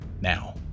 now